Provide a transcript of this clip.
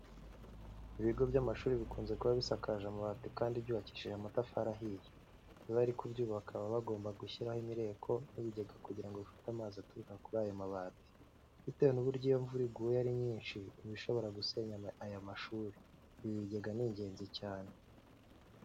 Ibigo by'amashuri bikunze kuba bisakaje amabati kandi byubakishije amatafari ahiye. Iyo bari kubyubaka baba bagomba gushyiraho imireko n'ibigega kugira ngo bifate amazi aturuka kuri ayo mabati. Bitewe n'uburyo iyo imvura iguye ari nyinshi iba ishobora gusenya aya mashuri, ibi bigega ni ingenzi cyane.